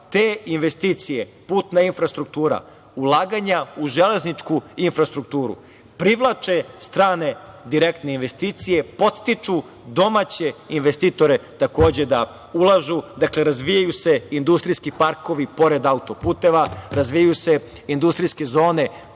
Te investicije, putna infrastruktura, ulaganja u železničku infrastrukturu, privlače strane direktne investicije, podstiču domaće investitore takođe da ulažu. Dakle, razvijaju se industrijski parkovi pored autoputeva, razvijaju se industrijske zone